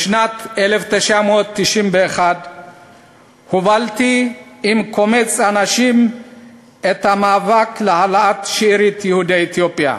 בשנת 1991 הובלתי עם קומץ אנשים את המאבק להעלאת שארית יהודי אתיופיה.